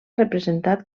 representat